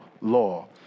law